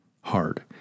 hard